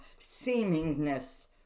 seemingness